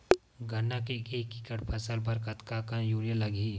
गन्ना के एक एकड़ फसल बर कतका कन यूरिया लगही?